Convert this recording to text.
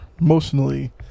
emotionally